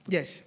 Yes